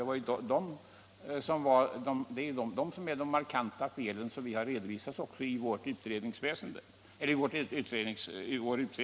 Vi var överens om att detta var oriktigt, och det har vi redovisat i vår utredning.